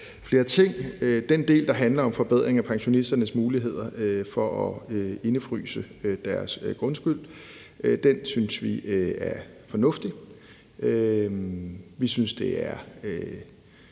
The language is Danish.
flere ting, og den del, der handler om en forbedring af pensionisternes muligheder for at indefryse deres grundskyld, synes vi er fornuftig. Vi synes, det giver